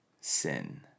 sin